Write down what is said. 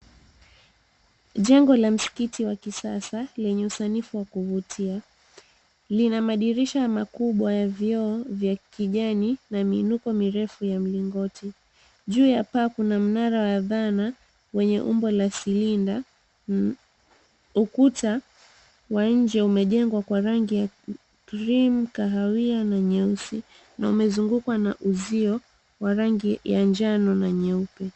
Jengo la msikiti wa kisasa lenye usanifu wa kuvutia. Lina madirisha makubwa ya vioo vya kijani na miinuko mirefu ya mlingoti. Juu ya paa kuna mnara wa adhana wenye umbo la silinda. Ukuta wa nje umejengwa kwa rangi ya cream kahawia na nyeusi na umezungukwa na uzio wa rangi ya njano na nyeupe.